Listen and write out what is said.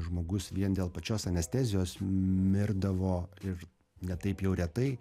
žmogus vien dėl pačios anestezijos mirdavo ir ne taip jau retai